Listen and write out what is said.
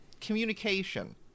communication